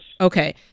Okay